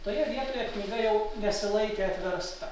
toje vietoje knyga jau nesilaikė atversta